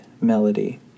melody